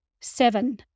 seven